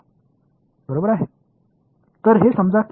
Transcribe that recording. எனவே இது என்னுடைய a இது என் b என்று சொல்லலாம்